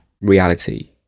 reality